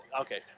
Okay